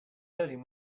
hurting